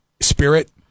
spirit